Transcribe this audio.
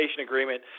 agreement